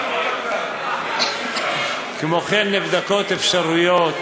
כמו כן נבדקות אפשרויות